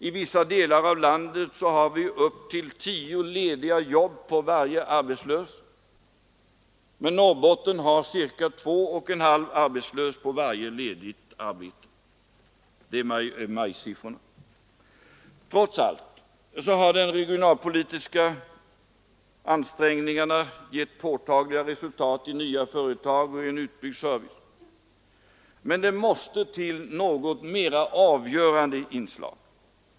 I vissa delar av landet har vi upp till 10 lediga jobb på varje arbetslös, men Norrbotten har ca 2 1/2 arbetslös på varje ledigt arbete — enligt majsiffrorna. Trots allt har de regionalpolitiska ansträngningarna givit påtagliga resultat i nya företag och i en utbyggd service. Men det måste till något mera avgörande inslag.